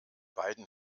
beiden